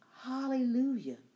Hallelujah